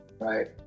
Right